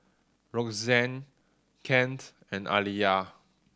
Roxanne Kent and Aliya